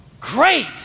Great